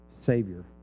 Savior